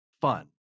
fun